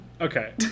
Okay